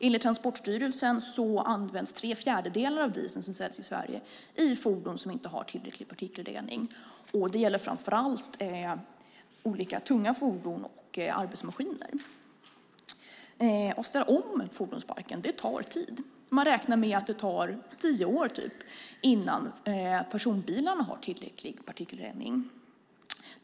Enligt Transportstyrelsen används tre fjärdedelar av den diesel som säljs i Sverige i fordon som inte har tillräcklig partikelrening. Det gäller framför allt tunga fordon och arbetsmaskiner. Det tar tid att ställa om fordonsparken. Man räknar med att det tar tio år innan personbilarna har tillräcklig partikelrening.